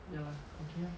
ya lah okay lah